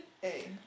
hey